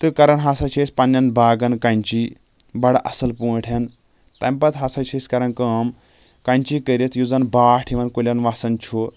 تہٕ کران ہسا چھِ أسۍ پَنٕنٮ۪ن باغن کیٚنٛچی بَڑٕ اَصٕل پٲٹھٮ۪ن تَمہِ پَتہٕ ہسا چھِ أسۍ کران کٲم کیٚنٛچی کٔرِتھ یُس زَن باٹھ یِمن کُلٮ۪ن وَسان چھُ